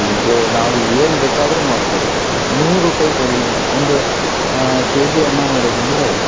J ನಾವು ಏನು ಬೇಕಾದರೂ ಮಾಡ್ಕೋಬೋದು ಮೂರು ಟೈಪ್ ಅಡುಗೆ ಒಂದು ಕೆಜಿ ಅನ್ನ ಮಾಡಿದ್ನಂದರೆ